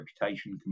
reputation